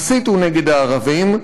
הסיתו נגד הערבים,